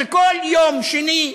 וכל יום שני,